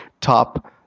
top